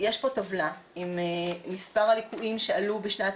יש פה טבלה עם מספר הליקויים שעלו בשנת